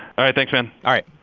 all right, thanks, man all right